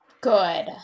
Good